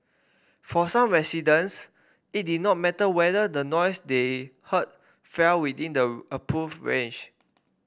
for some residents it did not matter whether the noise they heard fell within the approved range